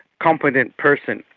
competent person,